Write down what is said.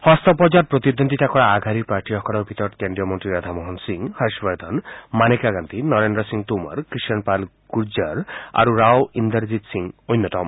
যষ্ঠ পৰ্যায়ত প্ৰতিদ্বন্দ্বিতা কৰা আগশাৰীৰ প্ৰাৰ্থীসকলৰ ভিতৰত কেন্দ্ৰীয় মন্ত্ৰী ৰাধা মোহন সিং হৰ্য বৰ্ধন মানেকা গাদ্ধী নৰেন্দ্ৰ সিং টোমৰ কৃষণ পাল গুৰ্জাৰ আৰু ৰাও ইন্দেৰজিৎ সিং অন্যতম